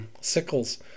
Sickles